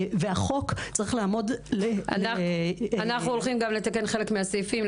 והחוק צריך לעמוד --- אנחנו הולכים גם לתקן חלק מהסעיפים,